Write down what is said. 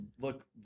look